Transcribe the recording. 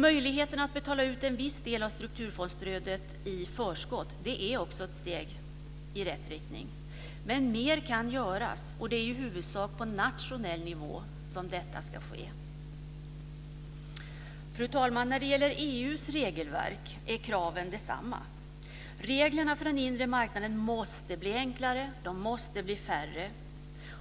Möjligheten att betala ut en viss del av strukturfondsstödet i förskott är också ett steg i rätt riktning. Men mer kan göras, och det är i huvudsak på nationell nivå som detta ska ske. Fru talman! När det gäller EU:s regelverk är kraven desamma: Reglerna för den inre marknaden måste bli enklare och färre.